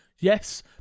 yes